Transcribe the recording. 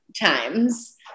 times